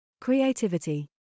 creativity